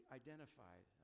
identified